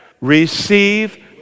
Receive